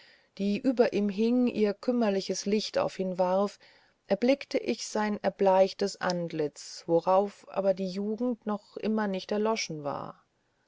die über ihm hing ihr kümmerliches licht auf ihn warf erblickte ich sein erbleichtes antlitz worauf aber die jugend noch immer nicht erloschen war